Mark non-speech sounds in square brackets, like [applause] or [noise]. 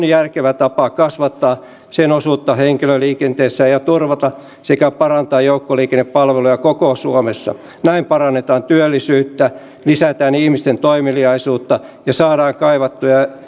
[unintelligible] järkevä tapa kasvattaa sen osuutta henkilöliikenteessä ja turvata sekä parantaa joukkoliikennepalveluja koko suomessa näin parannetaan myös työllisyyttä lisätään ihmisten toimeliaisuutta ja saadaan kaivattuja